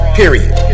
period